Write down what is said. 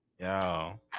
Yo